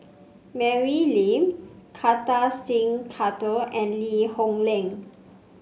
Mary Lim Kartar Singh Thakral and Lee Hoon Leong